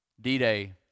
D-Day